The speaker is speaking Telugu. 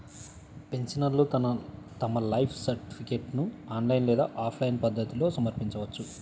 పెన్షనర్లు తమ లైఫ్ సర్టిఫికేట్ను ఆన్లైన్ లేదా ఆఫ్లైన్ పద్ధతుల్లో సమర్పించవచ్చు